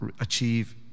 achieve